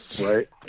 right